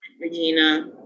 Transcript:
Regina